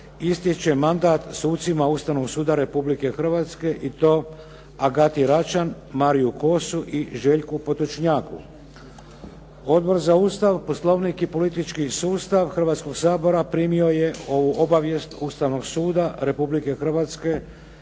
ističe mandat sucima Ustavnog suda Republike Hrvatske, i to: Agati Račan, Mariu Kosu i Željku Potočnjaku. Odbor za Ustav, Poslovnik i politički sustav Hrvatskoga sabora primio je obavijest Ustavnog suda Republike Hrvatske